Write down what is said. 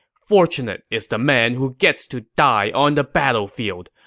fortunate is the man who gets to die on the battlefield.